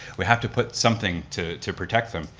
we have to put something to to protect them.